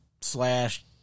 slash